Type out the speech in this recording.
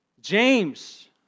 James